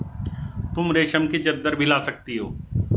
तुम रेशम की चद्दर भी ला सकती हो